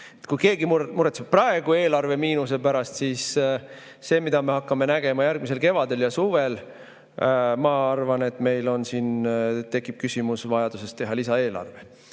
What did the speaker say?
Kui keegi muretseb praegu eelarvemiinuse pärast, siis see, mida me hakkame nägema järgmisel kevadel ja suvel – ma arvan, et meil tekib siin vajadus teha lisaeelarve.